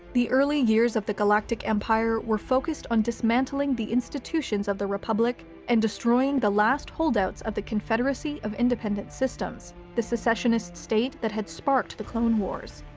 the early years of the galactic empire were focused on dismantling the institutions of the republic and destroying the last holdouts of the confederacy of independent systems the secessionist state that had sparked the clone wars.